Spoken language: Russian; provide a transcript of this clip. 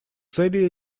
целей